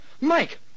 Mike